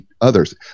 others